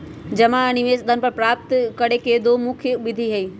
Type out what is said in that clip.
जमा आ निवेश धन पर लाभ प्राप्त करे के दु मुख्य विधि हइ